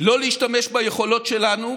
לא להשתמש ביכולות שלנו,